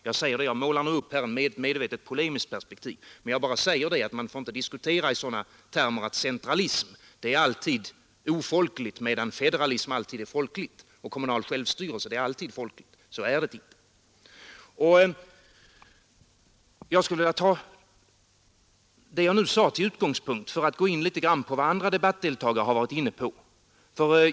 Jag målar nu medvetet upp ett polemiskt perspektiv, men jag vill poängtera att man inte får diskutera i sådana termer att centralism alltid är ofolkligt medan federalism och kommunal självstyrelse alltid är folkligt. Så är det inte! Jag skulle vilja ta det jag nu sade till utgångspunkt för att gå in litet på vad andra debattdeltagare har anfört.